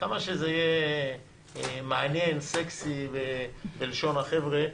כמה שזה יהיה מעניין, סקסי בלשון החבר'ה,